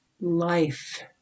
life